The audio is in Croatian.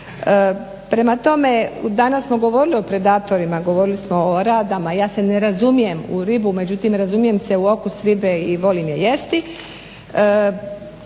Prema tome danas smo govorili o predatorima, govorili smo o radama. Ja se ne razumijem u ribu međutim razumijem se u okus ribe i volim je jesti.